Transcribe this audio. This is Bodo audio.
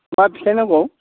मा फिथाइ नांगौ